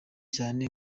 cyane